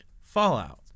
Fallout